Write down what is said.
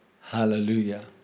Hallelujah